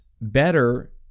better